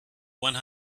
one